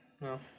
No